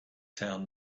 found